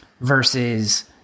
versus